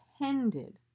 attended